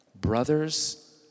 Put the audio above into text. Brothers